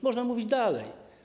Można mówić dalej.